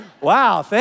wow